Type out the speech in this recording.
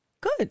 Good